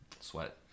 sweat